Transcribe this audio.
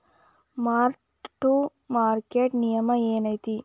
mark to market ನಿಯಮ ಏನೈತಿ